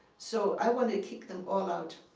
so i wanted to kick them um out,